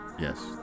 Yes